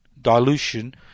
dilution